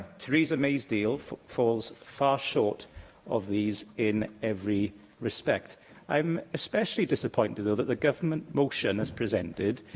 theresa may's deal falls far short of these in every respect. i'm especially disappointed though that the government motion, as presented,